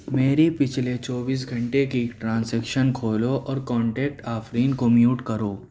میری پچھلے چوبیس گھنٹے کی ٹرانسیکشن کھولو اور کانٹیکٹ آفرین کو میوٹ کرو